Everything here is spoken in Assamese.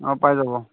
অঁ পাই যাব